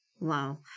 Wow